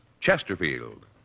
Chesterfield